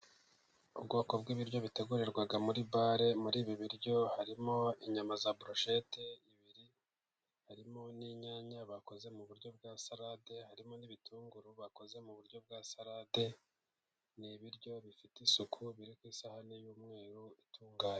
Ubwoko bw'ibiryo bitegurirwa muri bare, muri ibi biryo harimo inyama za broshete ibiryo harimo n'inyanya bakoze mu buryo bwa salade, harimo n'ibitunguru bakoze mu buryo bwa salade, n'ibiryo bifite isuku biri ku isahani y'umweru itunganye.